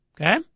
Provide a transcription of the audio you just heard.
Okay